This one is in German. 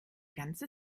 ganze